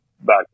back